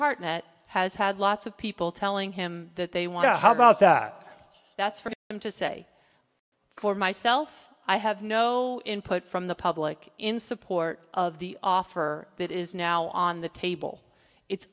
heartnut has had lots of people telling him that they want to how about that that's for them to say for myself i have no input from the public in support of the offer that is now on the table it's